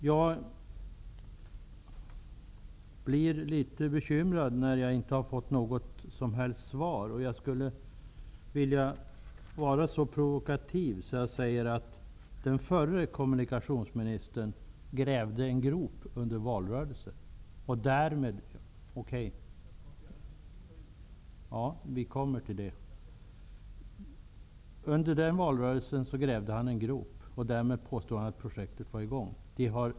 Jag blir litet bekymrad när jag inte får något som helst svar. Jag skulle vilja vara så provokativ att jag säger att den förre kommunikationsministern grävde en grop under valrörelsen och därmed påstod att projektet var i gång.